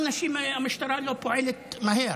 למה לגבי האנשים האלה המשטרה לא פועלת מהר?